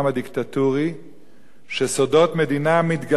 שבה סודות מדינה מתגלגלים כאבני געש,